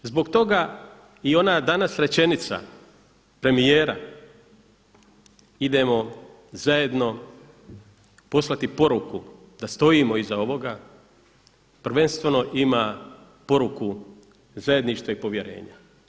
Zbog toga i ona danas rečenica premijera idemo zajedno poslati poruku da stojimo iza ovoga prvenstveno ima poruku zajedništva i povjerenja.